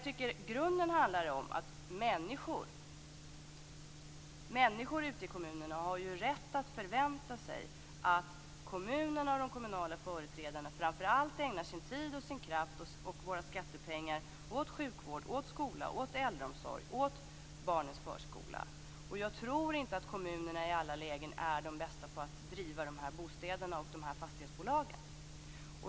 I grunden handlar det om att människor ute i kommunerna har rätt att förvänta sig att kommunerna och de kommunala företrädarna framför allt ägnar sin tid och sin kraft och våra skattepengar åt sjukvård, skola, äldreomsorg och åt barnens förskola. Jag tror inte att kommunerna i alla lägen är bäst på att sköta dessa bostäder och driva dessa fastighetsbolag.